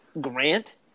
Grant